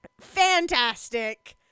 Fantastic